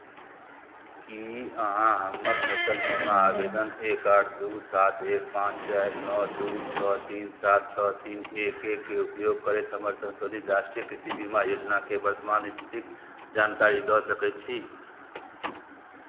की अहाँ हमर फसल बीमा आवेदन एक आठ दू सात एक पाँच चारि नओ दू छओ तीन सात छओ तीन एक एकके उपयोग करैत हमर संशोधित राष्ट्रीय कृषि बीमा योजनाक वर्तमान स्थितिक जानकारी दऽ सकैत छी